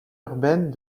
urbaine